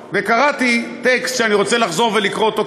וקראתי טקסט שאני רוצה לחזור ולקרוא אותו,